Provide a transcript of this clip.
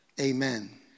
Amen